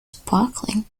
sparkling